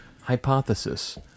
Hypothesis